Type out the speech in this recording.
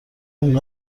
این